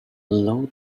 low